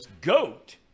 GOAT